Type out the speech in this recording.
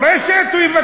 מורשת, הוא יוותר עליו.